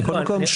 מכל מקום,